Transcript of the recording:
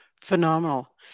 Phenomenal